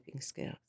skills